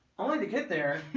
only to get there.